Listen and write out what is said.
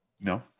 No